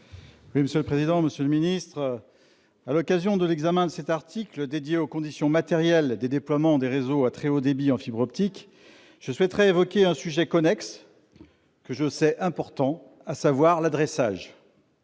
M. Patrick Chaize, sur l'article. À l'occasion de l'examen de cet article, dédié aux conditions matérielles des déploiements des réseaux à très haut débit en fibre optique, je souhaiterais évoquer un sujet connexe que je sais important, à savoir l'adressage.